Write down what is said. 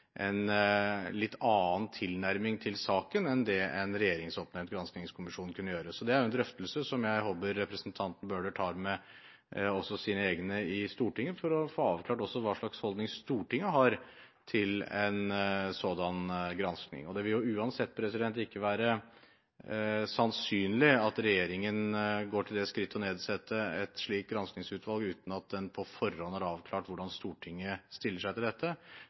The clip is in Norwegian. en litt annen tilnærming til saken enn det en regjeringsoppnevnt granskingskommisjon kunne gjøre. Så det er en drøftelse som jeg håper representanten Bøhler også tar med sine egne i Stortinget, for å få avklart hvilken holdning Stortinget har til en sådan gransking. Det vil uansett ikke være sannsynlig at regjeringen går til det skritt å nedsette et slikt granskingsutvalg, uten at en på forhånd har avklart hvordan Stortinget stiller seg til dette.